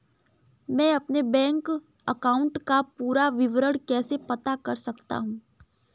मैं अपने bank account का पूरा विवरण कैसे पता कर सकता हूँ?